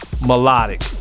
melodic